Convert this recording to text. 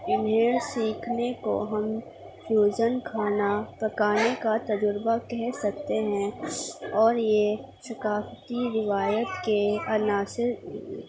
انہیں سیکھنے کو ہم فیوزل کھانا پکانے کا طریقہ کہہ سکتے ہیں اور یہ ثقافتی روایت کے عناصر